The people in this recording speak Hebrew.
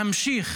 להמשיך